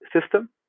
system